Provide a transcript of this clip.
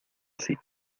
así